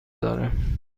دارم